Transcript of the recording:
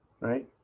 right